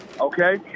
okay